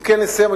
אם כן, נסיים.